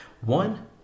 One